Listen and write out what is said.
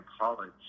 college